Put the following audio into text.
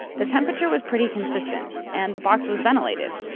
the temperature was pretty consistent and the box was ventilated,